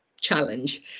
challenge